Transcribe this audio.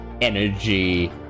energy